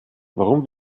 warum